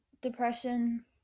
depression